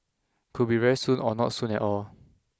could be very soon or not soon at all